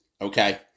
Okay